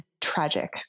tragic